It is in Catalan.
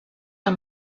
amb